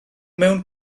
mewn